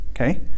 Okay